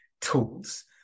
tools